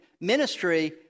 ministry